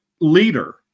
leader